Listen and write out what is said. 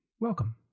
Welcome